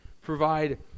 provide